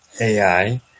AI